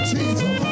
Jesus